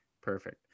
perfect